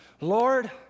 Lord